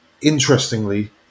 interestingly